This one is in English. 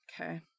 Okay